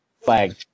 flag